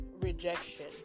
rejection